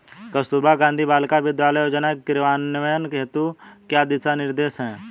कस्तूरबा गांधी बालिका विद्यालय योजना के क्रियान्वयन हेतु क्या दिशा निर्देश हैं?